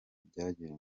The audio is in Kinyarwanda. byagenze